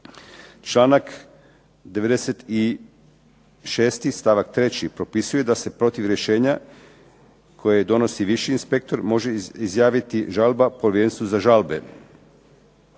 Članak 96. stavak 3. propisuje da se protiv rješenja koje donosi viši inspektor, može izjaviti žalba povjerenstvu za žalbe.